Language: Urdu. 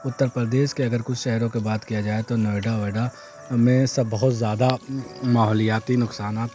اتر پردیش کے اگر کچھ شہروں کے بات کیا جائے تو نوئیڈا وئیڈا میں سب بہت زیادہ ماحولیاتی نقصانات